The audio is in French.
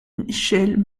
michèle